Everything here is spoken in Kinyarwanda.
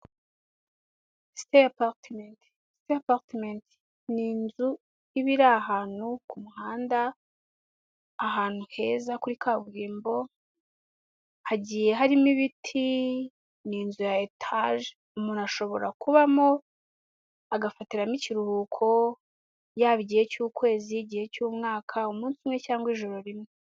Step apartment ni inzu ibiri ahantu ku muhanda ahantu heza kuri kaburimbo hagiye harimo ibiti ni inzu ya etage umuntu ashobora kubamo agafatiramo ikiruhuko yaba igihe cy'ukwezi igihe cy'umwaka umunsi umwe cyangwa ijoro rimwe.